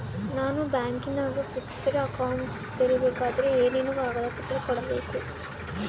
ನಾನು ಬ್ಯಾಂಕಿನಾಗ fixed account ತೆರಿಬೇಕಾದರೆ ಏನೇನು ಕಾಗದ ಪತ್ರ ಕೊಡ್ಬೇಕು?